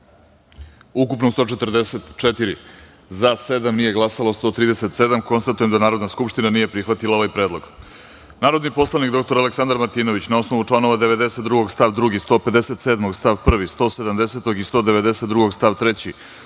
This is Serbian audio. ukupno – 144, za – sedam, nije glasalo – 137.Konstatujem da Narodna skupština nije prihvatila ovaj predlog. Narodni poslanik dr Aleksandar Martinović, na osnovu članova 92. stav 2, 157. stav 1, 170. i 192. stav 3,